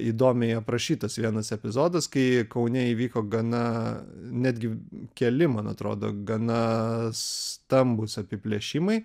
įdomiai aprašytas vienas epizodas kai kaune įvyko gana netgi keli man atrodo gana stambūs apiplėšimai